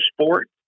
sport